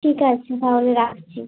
ঠিক আছে তাহলে রাখছি